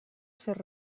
ser